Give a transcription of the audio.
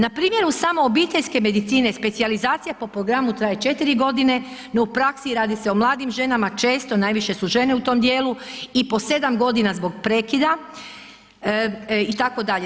Na primjeru samo obiteljske medicine specijalizacija po programu traje 4 godine, no u praksi radi se o mladim ženama često najviše su žene u tom dijelu i po 7 godina zbog prekida itd.